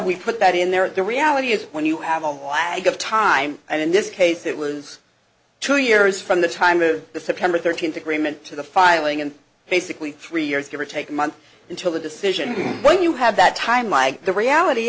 we put that in there the reality is when you have a lag of time and in this case it was two years from the time of the september thirteenth agreement to the filing and basically three years give or take a month until a decision when you have that time like the reality